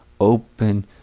open